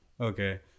Okay